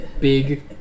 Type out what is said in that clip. big